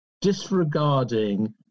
disregarding